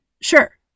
Sure